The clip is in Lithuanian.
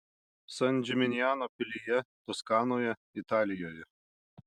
san džiminjano pilyje toskanoje italijoje